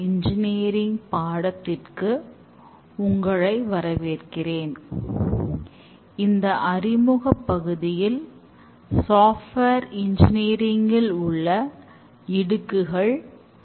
இந்த பாடத்திற்கு உங்களை வரவேற்கிறேன நாம் எiஐல் டெவலப்மெண்ட் பற்றி கடந்த பாடத்தில் பார்த்தோம்